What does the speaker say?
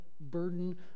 burden